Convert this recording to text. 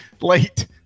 late